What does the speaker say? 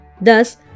Thus